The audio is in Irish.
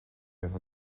raibh